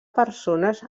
persones